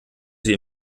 sie